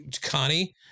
Connie